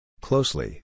Closely